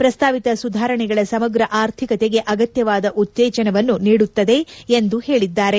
ಪ್ರಸ್ತಾವಿತ ಸುಧಾರಣೆಗಳ ಸಮಗ್ರ ಆರ್ಥಿಕತೆಗೆ ಅಗತ್ಯವಾದ ಉತ್ತೇಜನವನ್ನು ನೀಡುತ್ತದೆ ಎಂದು ಅವರು ಹೇಳಿದ್ದಾರೆ